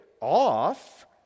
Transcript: off